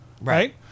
right